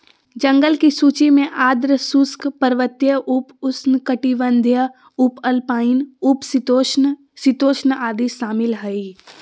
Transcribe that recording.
जंगल की सूची में आर्द्र शुष्क, पर्वतीय, उप उष्णकटिबंधीय, उपअल्पाइन, उप शीतोष्ण, शीतोष्ण आदि शामिल हइ